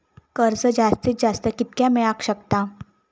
कर्ज जास्तीत जास्त कितक्या मेळाक शकता?